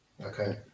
okay